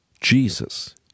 Jesus